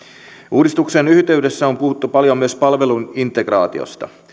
uudistuksen yhteydessä on puhuttu paljon myös palveluintegraatiosta